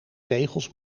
tegels